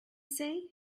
say